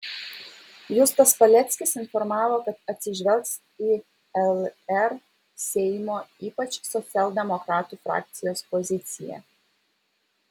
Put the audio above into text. justas paleckis informavo kad atsižvelgs į lr seimo ypač socialdemokratų frakcijos poziciją